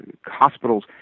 Hospitals